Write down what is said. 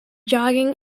jogging